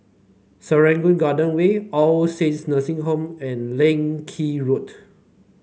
Serangoon Garden Way All Saints Nursing Home and Leng Kee Road